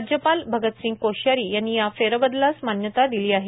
राज्यपाल भगतसिंग कोश्यारी यांनी या फेरबदलांस मान्यता दिली आहे